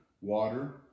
water